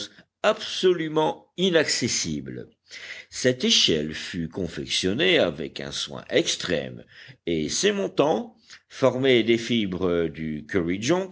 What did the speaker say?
absolument inaccessible cette échelle fut confectionnée avec un soin extrême et ses montants formés des fibres du